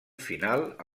final